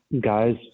guys